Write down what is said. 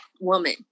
woman